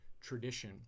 tradition